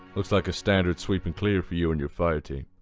looks like a standard sweep and clear for you and your fireteam.